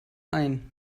ein